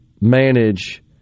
manage